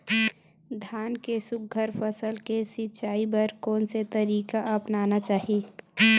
धान के सुघ्घर फसल के सिचाई बर कोन से तरीका अपनाना चाहि?